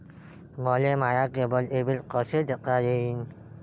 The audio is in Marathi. मले माया केबलचं बिल कस देता येईन?